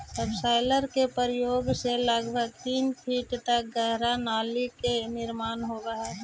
subsoiler के प्रयोग से लगभग तीन फीट तक गहरा नाली के निर्माण होवऽ हई